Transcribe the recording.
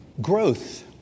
Growth